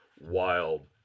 wild